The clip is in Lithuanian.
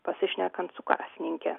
pasišnekant su kasininke